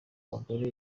bagore